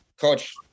Coach